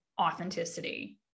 authenticity